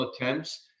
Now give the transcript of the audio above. attempts